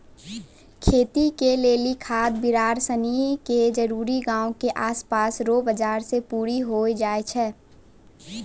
खेती के लेली खाद बिड़ार सनी के जरूरी गांव के आसपास रो बाजार से पूरी होइ जाय छै